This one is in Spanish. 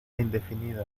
indefinida